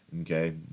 okay